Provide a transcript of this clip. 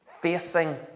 facing